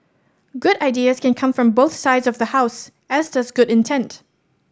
good ideas can come from both sides of the House as does good intent